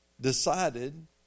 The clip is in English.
decided